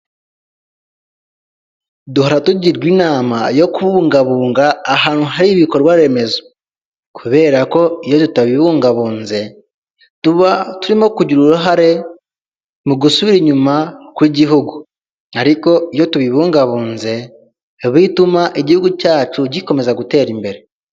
Duhora tugirwa inama yo kubungabunga ahantu hari ibikorwa remezo kubera ko iyo tutabibungabunze tuba turimo kugira uruhare mu gusubira inyuma kw'igihugu ariko iyo tubibungabunze bituma igihugu cyacu gikomeza gutera imbere .